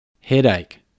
Headache